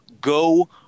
go